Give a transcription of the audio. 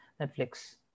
Netflix